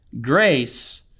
grace